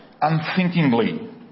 unthinkingly